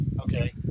Okay